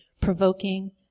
provoking